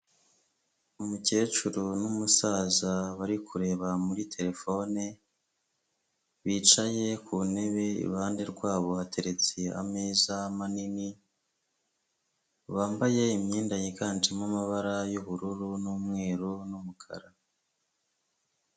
Umukecuru n'umusaza bari kureba muri terefone bicaye ku ntebe iruhande rwabo hateretse ameza manini bambaye imyenda yiganjemo amabara y'ubururu, n'umweru, n'umukara.